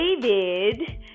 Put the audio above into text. David